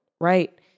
right